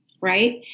Right